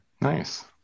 Nice